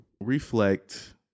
reflect